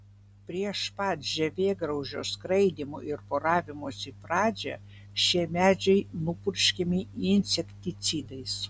prieš pat žievėgraužio skraidymo ir poravimosi pradžią šie medžiai nupurškiami insekticidais